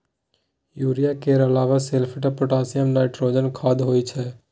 urea केर अलाबा sulphate, potassium, nitrogen खाद होइ छै